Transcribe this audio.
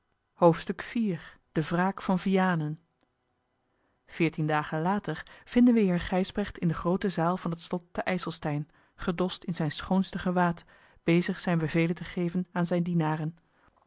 hoofdstuk de wraak van vianen veertien dagen later vinden we heer gijsbrecht in de groote zaal van het slot te ijselstein gedost in zijn schoonste gewaad bezig zijne bevelen te geven aan zijne dienaren